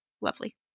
lovely